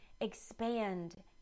expand